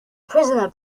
prisoner